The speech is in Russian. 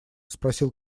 спросил